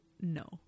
no